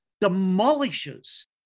demolishes